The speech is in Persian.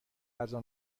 غذا